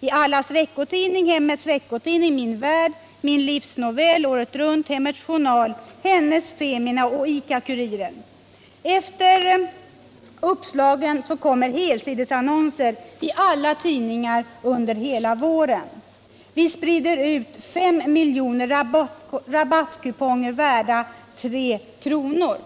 I Allas Veckotidning, Hemmets Veckotidning, Min Värld, Mitt Livs Novell, Året Runt, Hemmets Journal, Hennes, Femina och Ica-kuriren. Efter uppslagen kommer helsidesannonser i alla tidningar under hela våren. Vi sprider ut över 5 miljoner rabattkuponger värda 3 kronor.